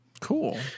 cool